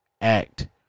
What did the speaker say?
act